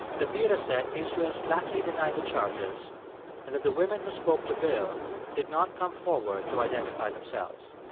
the theater said israel flatly denied the charges and that the women who spoke to bill did not come forward to identify themselves.